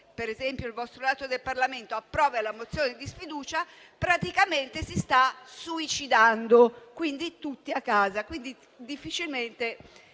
(quindi, il vostro lato del Parlamento), approva la mozione di sfiducia, praticamente si sta suicidando. Si va tutti a casa,